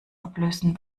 ablösen